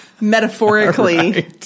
Metaphorically